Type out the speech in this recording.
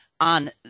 on